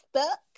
stuck